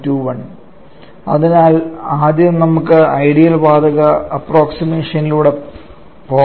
21 അതിനാൽ ആദ്യം നമുക്ക് ഐഡിയൽ വാതക അപ്രോക്സിമേഷൻലൂടെ പോകാം